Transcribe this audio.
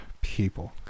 People